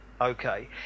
okay